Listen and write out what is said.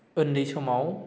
उन्दै समाव